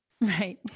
Right